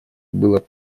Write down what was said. было